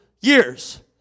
years